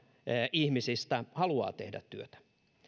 ihmisistä haluaa tehdä työtä